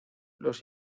los